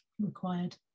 required